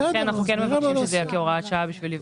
לכן אנחנו כן מבקשים שזה יהיה כהוראת שעה כדי לבדוק.